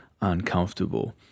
uncomfortable